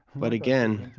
but again,